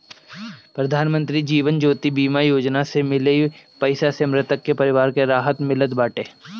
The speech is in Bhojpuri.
प्रधानमंत्री जीवन ज्योति बीमा योजना से मिलल पईसा से मृतक के परिवार के राहत मिलत बाटे